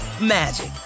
magic